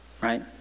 right